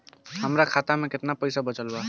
हमरा खाता मे केतना पईसा बचल बा?